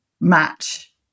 match